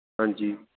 हां जी